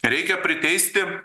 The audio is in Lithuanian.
reikia priteisti